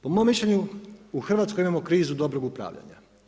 Po mom mišljenju, u Hrvatskoj imamo krizu dobrog upravljanja.